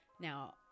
Now